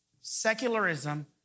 secularism